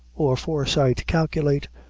or foresight calculate,